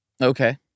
Okay